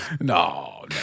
No